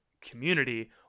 community